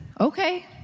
okay